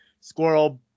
squirrel